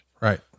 Right